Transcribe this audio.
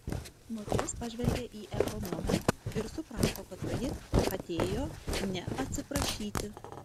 moteris pažvelgė į ekonomę ir suprato kad toji atėjo ne atsiprašyti